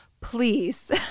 please